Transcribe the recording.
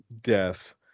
death